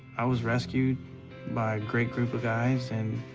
i was rescued by a great group of guys, and